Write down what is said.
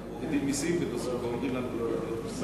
אנחנו מורידים מסים, ואומרים לנו לא להעלות מסים.